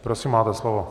Prosím máte slovo.